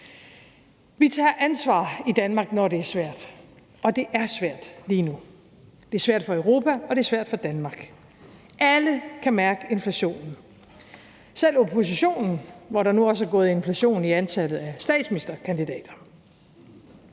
Vi tager ansvar i Danmark, når det er svært, og det er svært lige nu. Det er svært for Europa, og det er svært for Danmark. Alle kan mærke inflationen, selv oppositionen, hvor der nu også er gået inflation i antallet af statsministerkandidater.